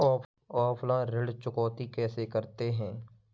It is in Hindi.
ऑफलाइन ऋण चुकौती कैसे करते हैं?